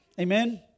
Amen